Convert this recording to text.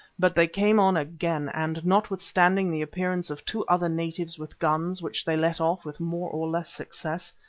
but they came on again, and notwithstanding the appearance of two other natives with guns, which they let off with more or less success,